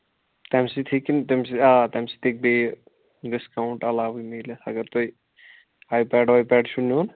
تَمہِ سۭتۍ ہیٚکن تَہِ سۭتۍ آ تَمہِ سۭتۍ ہیٚکہِ بیٚیہِ ڈِسکاوُنٛٹ علاوٕے میٖلِتھ اَگر تُہۍ آٮی پیڈ وَے پیڈ چھُو نیُن